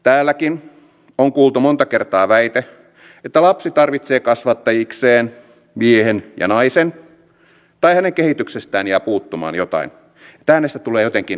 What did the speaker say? täälläkin on kuultu monta kertaa väite että lapsi tarvitsee kasvattajikseen miehen ja naisen tai hänen kehityksestään jää puuttumaan jotain että hänestä tulee jotenkin erilainen